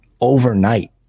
overnight